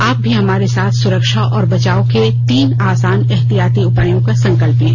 आप भी हमारे साथ सुरक्षा और बचाव के तीन आसान एहतियाती उपायों का संकल्प लें